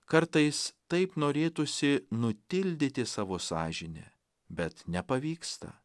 kartais taip norėtųsi nutildyti savo sąžinę bet nepavyksta